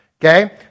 Okay